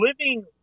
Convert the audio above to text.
living